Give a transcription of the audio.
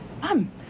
Mom